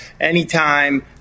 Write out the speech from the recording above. anytime